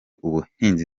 ubuhinzi